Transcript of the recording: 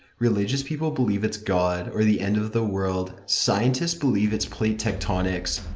religious people believe it's god, or the end of the world. scientists believe it's plate tectonics,